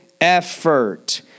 effort